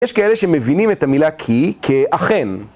יש כאלה שמבינים את המילה כי, כאכן.